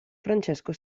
francesco